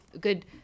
Good